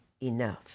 enough